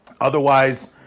Otherwise